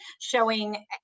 showing